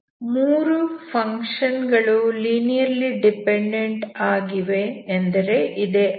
3 function ಗಳು linearly dependent ಆಗಿವೆ ಅಂದರೆ ಇದೇ ಅರ್ಥ